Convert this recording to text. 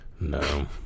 No